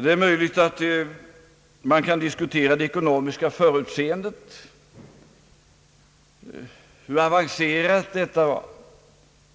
Det är möjligt att man kan diskutera hur avancerat det ekonomiska förutseendet var.